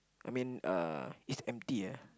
I mean uh it's empty eh